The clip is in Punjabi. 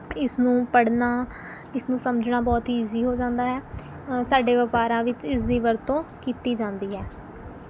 ਇਸਨੂੰ ਪੜ੍ਹਨਾ ਇਸਨੂੰ ਸਮਝਣਾ ਬਹੁਤ ਈਜ਼ੀ ਹੋ ਜਾਂਦਾ ਹੈ ਸਾਡੇ ਵਪਾਰਾਂ ਵਿੱਚ ਇਸ ਦੀ ਵਰਤੋਂ ਕੀਤੀ ਜਾਂਦੀ ਹੈ